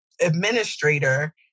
administrator